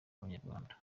banyarwanda